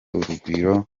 urugwiro